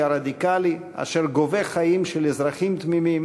הרדיקלי אשר גובה חיים של אזרחים תמימים